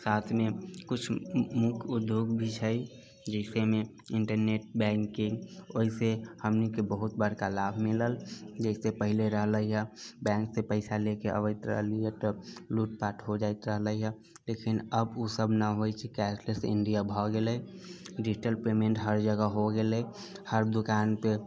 साथमे कुछ मुख्य उद्योग भी छै जइसेमे इन्टरनेट बैंकिंग ओहिसँ हमनिके बहुत बड़का लाभ मिलल जेकि पहले रहले यहऽ बैंकसँ पैसा निकालैले अबैत रहलीह तऽ लूट पाट होइ जाइत रहलै यऽ लेकिन अब ओ सभ न होइ छै कैशलेस इण्डिया भऽ गेलै डिजिटल पेमेन्ट हर जगह हो गेलै हर दुकानपे